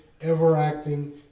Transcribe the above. ever-acting